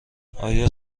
آیا